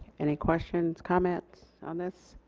any questions, comments on this?